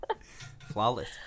Flawless